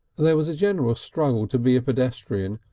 there was a generous struggle to be pedestrian,